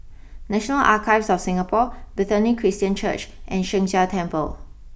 National Archives of Singapore Bethany Christian Church and Sheng Jia Temple